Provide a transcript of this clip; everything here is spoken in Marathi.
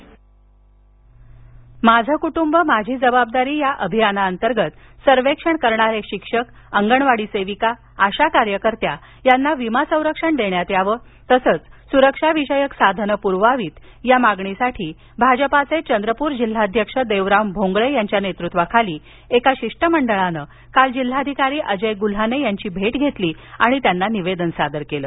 आरोग्य सेवक संरक्षण माझे कुटूंब माझी जबाबदारी या अभियानाअंतर्गत सर्वेक्षण करणारे शिक्षक अंगणवाडी सेविका आशा कार्यकर्त्या यांना विमा संरक्षण देण्यात यावं तसंच सुरक्षा विषयक साधनं पुरवावी या मागणीसाठी भाजपाचे चंद्रपूर जिल्हाध्यक्ष देवराव भोंगळे यांच्या नेतृत्वात एका शिष्टमंडळानं काल जिल्हा ाधिकारी अजय गुल्हाने यांची भेट घेत त्यांना निवेदन सादर केलं